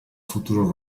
futuros